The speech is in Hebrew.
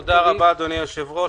תודה רבה, אדוני היושב-ראש.